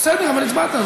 בסדר, אבל הצבעת.